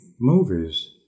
movies